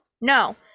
no